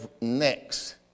next